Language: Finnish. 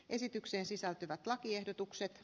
esitykseen sisältyvät lakiehdotukset